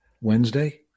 Wednesday